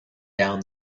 down